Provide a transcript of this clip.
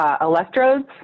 electrodes